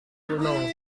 gunung